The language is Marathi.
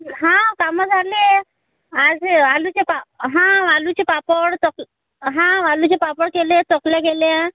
हां कामं झाले आज आलूचे पाप हां आलूचे पापड चक हां आलूचे पापड केले चकल्या केल्या